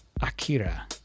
Akira